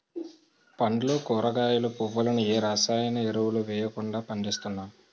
పండ్లు కూరగాయలు, పువ్వులను ఏ రసాయన ఎరువులు వెయ్యకుండా పండిస్తున్నాం